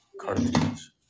cartoons